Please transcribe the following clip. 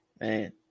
man